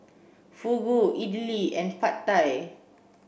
Fugu Idili and Pad Thai